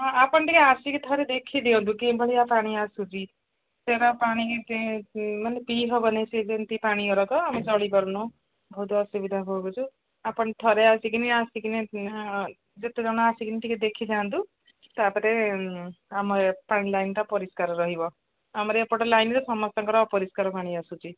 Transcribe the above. ହଁ ଆପଣ ଟିକେ ଆସିକି ଥରେ ଦେଖିଦିଅନ୍ତୁ କିଭଳିଆ ପାଣି ଆସୁଛି ପାଣି ମାନେ ପିଇ ହେବନି ସେ ଯେମିତି ପାଣିଗୁଡ଼ାକ ଆମେ ଚଳିପାରୁନୁ ବହୁତ ଅସୁବିଧା ଭୋଗୁଛୁ ଆପଣ ଥରେ ଆସିକି ଆସିକିି ଯେତେ ଜଣ ଆସିକି ଟିକେ ଦେଖିଯାଆନ୍ତୁ ତାପରେ ଆମ ପାଣି ଲାଇନଟା ପରିଷ୍କାର ରହିବ ଆମର ଏପଟେ ଲାଇନ୍ରେ ସମସ୍ତଙ୍କର ଅପରିଷ୍କାର ପାଣି ଆସୁଛି